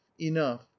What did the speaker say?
enough